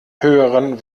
höheren